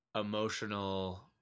emotional